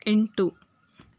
ಎಂಟು